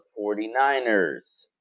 49ers